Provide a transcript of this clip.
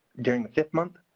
during the fifth month,